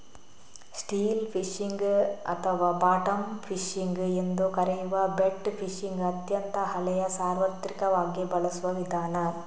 still fishing ಅಥವಾ bottom fishing ಎಂದೂ ಕರೆಯುವ ಬೆಟ್ ಫಿಶಿಂಗ್ ಅತ್ಯಂತ ಹಳೆಯ ಸಾರ್ವತ್ರಿಕವಾಗಿ ಬಳಸುವ ವಿಧಾನ